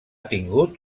tingut